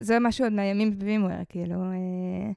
זה ממש עוד נעיימים בבימויה כאילו.